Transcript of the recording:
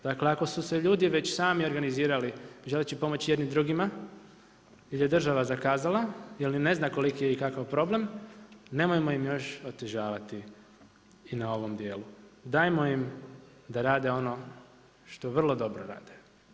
Dakle ako su se ljudi već sami organizirali želeći pomoći jedni drugima jer je država, je ni ne zna koliki je i kakav problem, nemojmo im još otežavati i na ovom dijelu, dajmo im da rade ono što vrlo dobro rade.